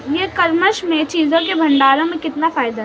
ई commerce में चीज़ों के भंडारण में कितना फायदा होता है?